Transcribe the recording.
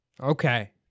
Okay